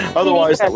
otherwise